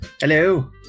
Hello